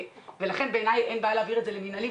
לכן בעיני אין בעיה להעביר את זה למנהלי,